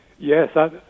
Yes